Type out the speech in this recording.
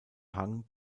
hang